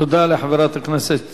תודה לחברת הכנסת